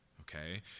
okay